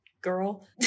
girl